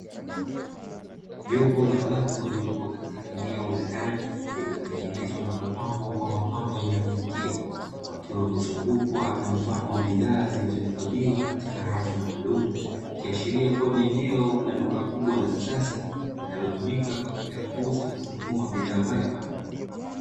Jopo la watu waliopo katika eneo la ndani lililotengenezwa na kupambwa kwa mapambo ya kuvutia wakiwa wamezungukwa na mfano wa bidhaa zilizohifadhiwa katika rafu ya madumu kiashiria kuwa ni eneo la duka kubwa la kisasa linalotumika kwa ajili ya kuuza na kununua bidhaa mbalimbali.